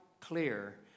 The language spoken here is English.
clear